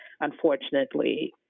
unfortunately